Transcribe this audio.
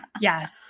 Yes